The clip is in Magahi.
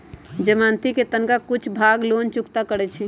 जमानती कें तनका कुछे भाग लोन चुक्ता करै छइ